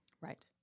Right